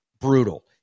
brutal